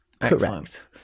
correct